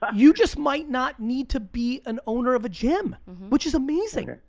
but you just might not need to be an owner of a gym, which is amazing.